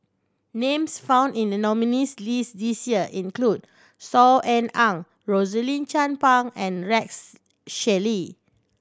names found in the nominees' list this year include Saw Ean Ang Rosaline Chan Pang and Rex Shelley